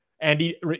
Andy